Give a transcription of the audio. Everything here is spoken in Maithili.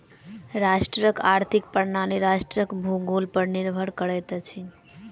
राष्ट्रक आर्थिक प्रणाली राष्ट्रक भूगोल पर निर्भर करैत अछि